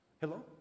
Hello